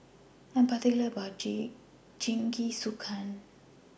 I Am particular about My Jingisukan